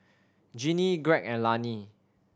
Ginny Greg and Lani